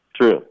True